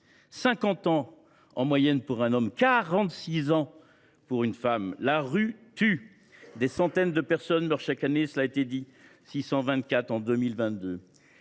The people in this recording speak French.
50 ans en moyenne pour un homme et de 46 ans pour une femme. La rue tue. Des centaines de personnes meurent chaque année dans nos rues. En 2022,